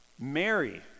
Mary